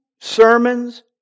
sermons